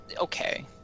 okay